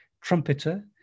trumpeter